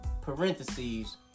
parentheses